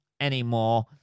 anymore